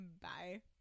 Bye